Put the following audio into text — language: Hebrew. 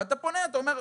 אתה פונה ואומר,